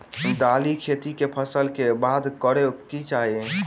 दालि खेती केँ फसल कऽ बाद करै कऽ चाहि?